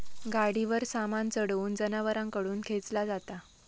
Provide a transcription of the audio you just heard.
गाडीवर सामान चढवून जनावरांकडून खेंचला जाता